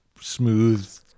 smooth